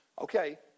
okay